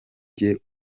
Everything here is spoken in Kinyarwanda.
jye